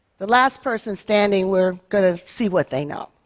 the last person standing, we're gonna see what they know.